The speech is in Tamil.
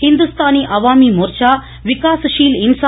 இந்துஸ்தானி அவாமி மோர்சா விகாஸ் ஷீல் இன்சா